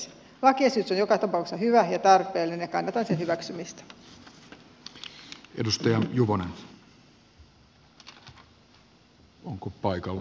lakiesitys on joka tapauksessa hyvä ja tarpeellinen ja kannatan sen hyväksymistä